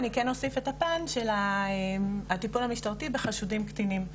אני כן אוסיף את הפן של טיפול המשטרתי בחשודים קטינים,